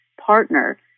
partner